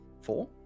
Four